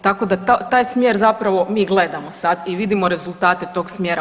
Tako da taj smjer zapravo mi gledamo sad i vidimo rezultate tog smjera.